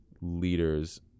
leaders